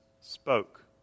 spoke